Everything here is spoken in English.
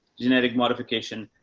genetic modification.